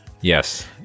Yes